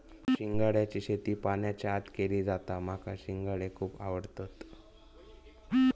शिंगाड्याची शेती पाण्याच्या आत केली जाता माका शिंगाडे खुप आवडतत